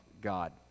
God